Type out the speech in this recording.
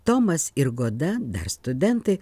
tomas ir goda dar studentai